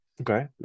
Okay